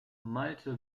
malte